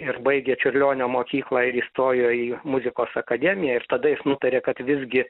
ir baigė čiurlionio mokyklą ir įstojo į muzikos akademiją ir tada jis nutarė kad visgi